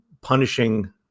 punishing